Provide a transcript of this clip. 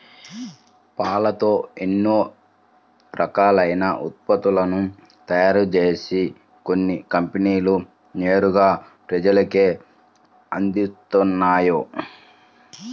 పాలతో ఎన్నో రకాలైన ఉత్పత్తులను తయారుజేసి కొన్ని కంపెనీలు నేరుగా ప్రజలకే అందిత్తన్నయ్